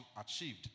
achieved